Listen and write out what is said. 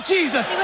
Jesus